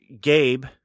Gabe